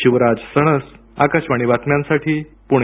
शिवराज सणस आकाशवाणी बातम्यांसाठी पृणे